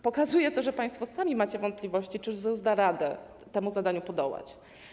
Pokazuje to, że państwo sami macie wątpliwości, czy ZUS da radę temu zadaniu podołać.